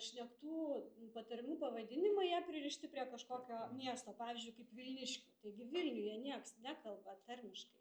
šnektų patarmių pavadinimai jie pririšti prie kažkokio miesto pavyzdžiui kaip vilniškių taigi vilniuje nieks nekalba tarmiškai